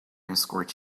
escort